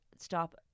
stop